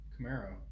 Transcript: Camaro